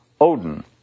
Odin